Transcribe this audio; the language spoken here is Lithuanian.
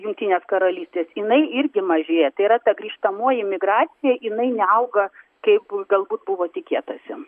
jungtinės karalystės jinai irgi mažėja tai yra ta grįžtamoji migracija jinai neauga kaip galbūt buvo tikėtasi